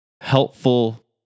helpful